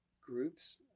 groups